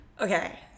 Okay